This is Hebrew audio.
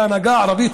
כהנהגה הערבית,